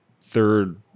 third